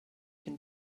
can